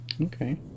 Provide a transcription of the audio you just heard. okay